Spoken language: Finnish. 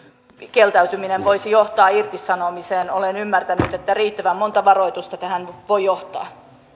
kieltäytyminen voisi johtaa irtisanomiseen olen ymmärtänyt että riittävän monta varoitusta tähän voi johtaa